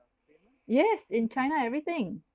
yes in china everything